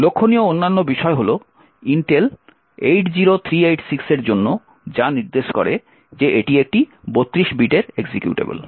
লক্ষণীয় অন্যান্য বিষয় হল ইন্টেল 80386 এর জন্য যা নির্দেশ করে যে এটি একটি 32 বিট এক্সিকিউটেবল